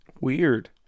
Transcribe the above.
weird